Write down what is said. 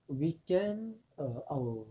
on weekend err I'll